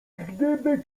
gdyby